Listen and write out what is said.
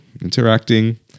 interacting